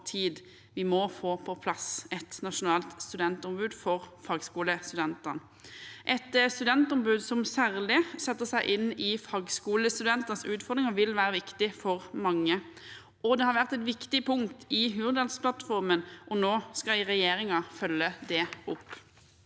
vi må få på plass et nasjonalt studentombud for fagskolestudentene. Et studentombud som særlig setter seg inn i fagskolestudentenes utfordringer, vil være viktig for mange. Det har vært et viktig punkt i Hurdalsplattformen, og nå skal regjeringen følge det opp.